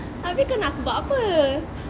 abeh kau nak aku buat apa